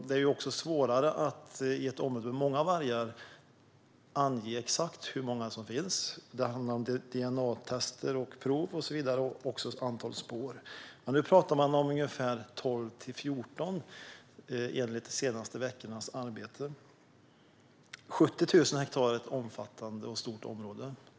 Det är svårare att i ett område med många vargar ange exakt hur många som finns; det handlar om DNA-prov och så vidare, liksom om antal spår. Nu pratar man dock om 12-14 vargar, enligt de senaste veckornas arbete. Ett område på 70 000 hektar är stort.